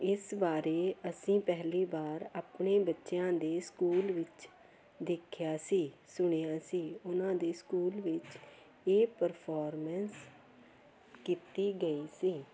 ਇਸ ਬਾਰੇ ਅਸੀਂ ਪਹਿਲੀ ਵਾਰ ਆਪਣੇ ਬੱਚਿਆਂ ਦੇ ਸਕੂਲ ਵਿੱਚ ਦੇਖਿਆ ਸੀ ਸੁਣਿਆ ਸੀ ਉਹਨਾਂ ਦੇ ਸਕੂਲ ਵਿੱਚ ਇਹ ਪਰਫੋਰਮੈਂਸ ਕੀਤੀ ਗਈ ਸੀ